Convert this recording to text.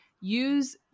use